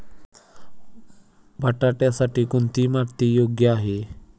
बटाट्यासाठी कोणती माती योग्य आहे?